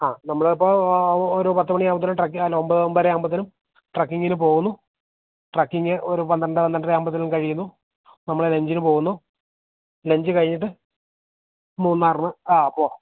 ആ നമ്മള് ഇപ്പോള് ഒരു പത്തു മണി ആവുമ്പോഴത്തേനും ട്രക്കിങ്ങിന് അല്ല ഒമ്പത് ഒമ്പതര ആകുമ്പോഴത്തേനും ട്രക്കിങ്ങിനു പോകുന്നു ട്രക്കിങ് ഒരു പന്ത്രണ്ട് പന്ത്രണ്ടര ആകുമ്പോഴത്തേനും കഴിയുന്നു നമ്മൾ ലഞ്ചിനു പോകുന്നു ലഞ്ച് കഴിഞ്ഞിട്ട് മൂന്നാറിന് ആ പോ